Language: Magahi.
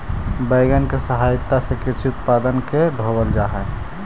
वैगन के सहायता से कृषि उत्पादन के ढोवल जा हई